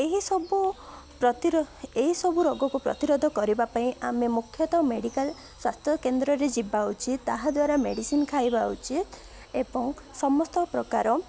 ଏହିସବୁ ପ୍ରତିରୋ ଏହିସବୁ ରୋଗକୁ ପ୍ରତିରୋଧ କରିବା ପାଇଁ ଆମେ ମୁଖ୍ୟତଃ ମେଡ଼ିକାଲ୍ ସ୍ୱାସ୍ଥ୍ୟ କେନ୍ଦ୍ରରେ ଯିବା ଉଚିତ ତାହା ଦ୍ୱାରା ମେଡ଼ିସିନ୍ ଖାଇବା ଉଚିତ ଏବଂ ସମସ୍ତ ପ୍ରକାର